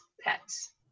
pets